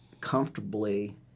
comfortably